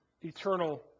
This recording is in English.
eternal